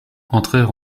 entrèrent